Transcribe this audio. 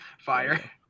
Fire